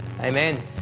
amen